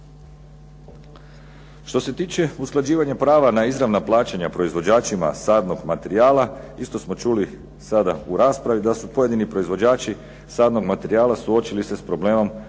Što se tiče usklađivanja prava na izravna plaćanja proizvođačima sadnog materijala, isto smo čuli u raspravi da su pojedini proizvođači sadnog materijala suočili se s problemom